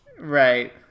Right